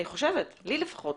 לי, לפחות